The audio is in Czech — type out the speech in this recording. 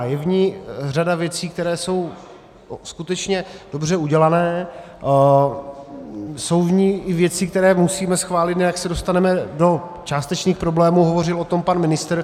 Je v ní řada věcí, které jsou skutečně dobře udělané, jsou v ní i věci, které musíme schválit, jinak se dostaneme do částečných problémů, hovořil o tom pan ministr.